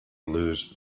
lose